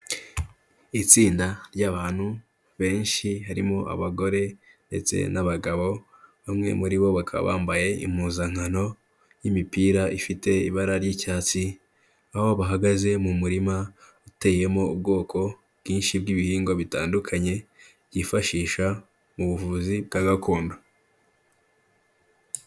Itsinda ry'abantu benshi harimo abagore ndetse n'abagabo, bamwe muri bo bakaba bambaye impuzankano y'imipira ifite ibara ry'icyatsi, aho bahagaze mu murima uteyemo ubwoko bwinshi bw'ibihingwa bitandukanye byifashisha mu buvuzi bwa gakondo.